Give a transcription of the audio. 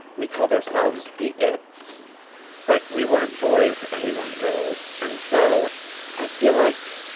we called ourselves the it's like we weren't boys and we weren't girls. and so i feel like